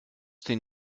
den